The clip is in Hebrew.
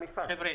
----- חבר'ה,